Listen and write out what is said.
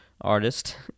artist